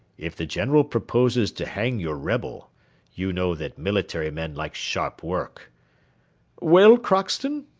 if the general proposes to hang your rebel you know that military men like sharp work well, crockston?